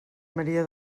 maria